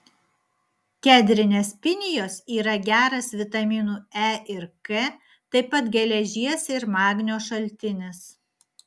kedrinės pinijos yra geras vitaminų e ir k taip pat geležies ir magnio šaltinis